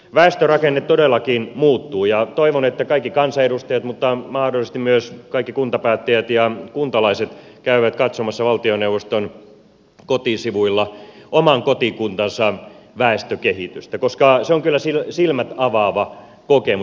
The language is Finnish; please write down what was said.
väestörakenne todellakin muuttuu ja toivon että kaikki kansanedustajat mutta mahdollisesti myös kaikki kuntapäättäjät ja kuntalaiset käyvät katsomassa valtioneuvoston kotisivuilla oman kotikuntansa väestökehitystä koska se on kyllä silmät avaava kokemus